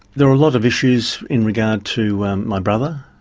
there were a lot of issues in regard to my brother.